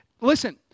listen